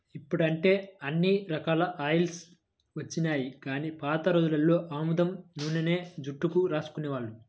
ఇప్పుడంటే ఇన్ని రకాల ఆయిల్స్ వచ్చినియ్యి గానీ పాత రోజుల్లో ఆముదం నూనెనే జుట్టుకు రాసుకునేవాళ్ళు